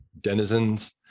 denizens